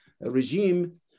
regime